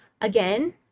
again